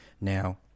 Now